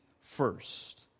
first